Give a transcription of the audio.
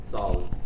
Solid